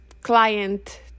client